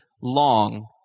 long